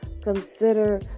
consider